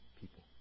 people